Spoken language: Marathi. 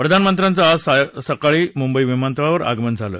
प्रधानमंत्र्यांचं आज सकाळी मुंबई विमानतळावर आगमन झालं